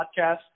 podcast